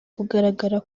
kugaragara